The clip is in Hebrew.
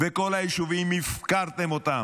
וכל היישובים, הפקרתם אותם,